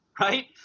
Right